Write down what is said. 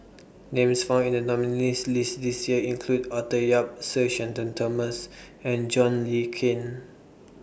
Names found in The nominees' list This Year include Arthur Yap Sir Shenton Thomas and John Le Cain